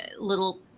little